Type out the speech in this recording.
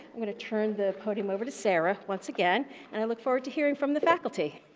i'm going to turn the podium over to sara once again and i look forward to hearing from the faculty.